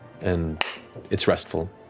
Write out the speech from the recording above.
and it's restful.